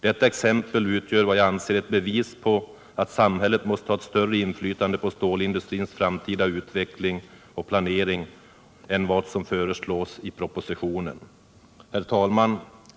Detta exempel anser jag utgöra ett bevis på att samhället måste ha ett större inflytande på stålindustrins framtida utveckling och planering än vad som föreslås i propositionen. Herr talman!